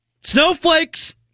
Snowflakes